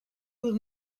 will